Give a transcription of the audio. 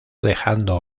dejando